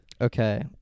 Okay